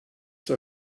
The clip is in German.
zur